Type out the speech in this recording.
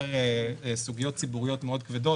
מעורר סוגיות ציבוריות כבדות מאוד,